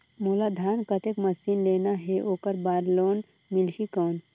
मोला धान कतेक मशीन लेना हे ओकर बार लोन मिलही कौन?